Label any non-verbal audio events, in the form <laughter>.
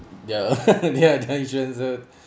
ya <laughs> ya